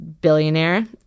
billionaire